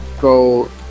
go